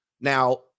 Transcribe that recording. Now